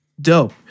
Dope